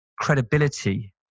credibility